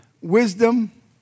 wisdom